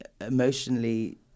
emotionally